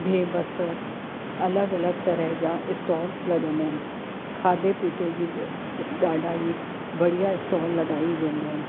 बिह बसर अलॻि अलॻि तरह जा स्टॉल्स लॻंदा आहिनि खाधे पीते जी त ॾाढा ई बढ़िया स्टॉल लॻाइ वेंदा आहिनि